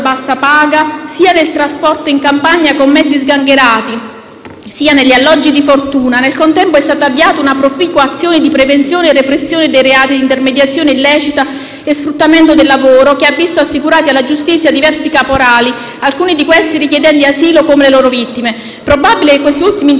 sia negli alloggi di fortuna. Nel contempo, è stata avviata una proficua azione di prevenzione e repressione dei reati di intermediazione illecita e sfruttamento del lavoro, che ha visto assicurati alla giustizia diversi caporali, alcuni dei quali richiedenti asilo come le loro vittime. È probabile che questi ultimi interventi abbiano acuito l'ira di quegli immigrati che non intendono rispettare le leggi del nostro Stato.